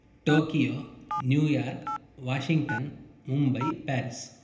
Tokyo New York Washington Mumbai Paris